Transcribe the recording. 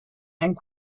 and